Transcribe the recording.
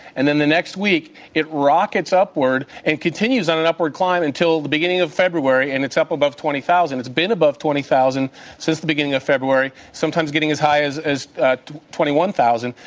and then the next week it rockets upward and continues on an upward climb until the beginning of february and it's up above twenty thousand. it's been above twenty thousand since the beginning of february, sometimes getting as high as as ah twenty one thousand.